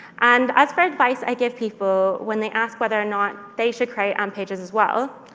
and as for advice i give people when they ask whether or not they should create amp pages, as well,